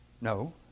No